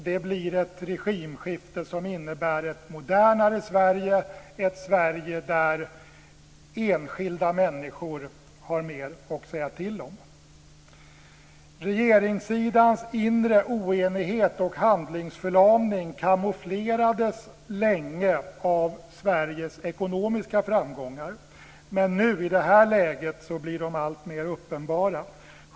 Det blir ett regimskifte som innebär ett modernare Sverige, ett Sverige där enskilda människor har mer att säga till om. Regeringssidans inre oenighet och handlingsförlamning kamouflerades länge av Sveriges ekonomiska framgångar. Men i det här läget blir de alltmer uppenbara.